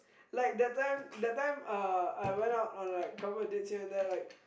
like that time that time uh I went out on like couples dates here and there right